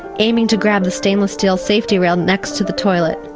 aiming to grab the stainless steel safety rail next to the toilet.